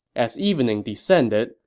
as evening descended,